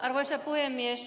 arvoisa puhemies